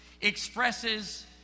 expresses